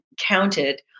counted